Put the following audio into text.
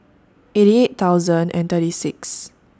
eighty eight thousand and thirty six